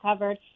covered